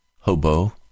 hobo